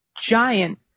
giant